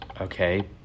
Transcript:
Okay